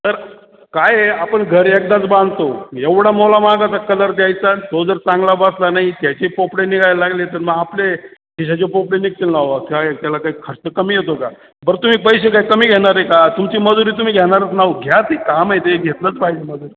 तर काय आहे आपण घर एकदाच बांधतो एवढा मोलामहागाचा कलर द्यायचा आणि तो जर चांगला बसला नाही त्याचे पोपडे निघायला लागले तर मग आपले खिशाचे पोपडे निघतील ना वा काय त्याला काही खर्च कमी येतो का बर तुम्ही पैसे काय कमी घेणार आहे का तुमची मजुरी तुम्ही घेणारच नाव घ्या ते काम आहे ते घेतलंच पाहिजे मजुरी